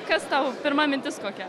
kas tau pirma mintis kokia